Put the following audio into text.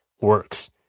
works